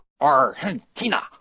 ARGENTINA